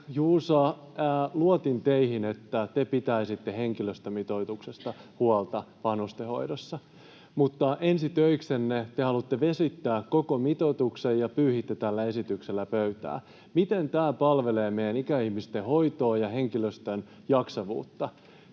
Juuso, luotin teihin, että te pitäisitte huolta henkilöstömitoituksesta vanhustenhoidossa, mutta ensi töiksenne te haluatte vesittää koko mitoituksen ja pyyhitte tällä esityksellä pöytää. Miten tämä palvelee meidän ikäihmisten hoitoa ja henkilöstön jaksavuutta?